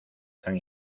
san